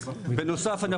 בנוסף,